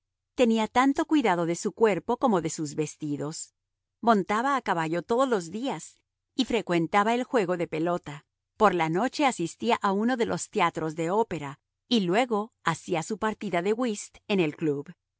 tenía tanto cuidado de su cuerpo como de sus vestidos montaba a caballo todos los días y frecuentaba el juego de pelota por la noche asistía a uno de los teatros de ópera y luego hacía su partida de whist en el club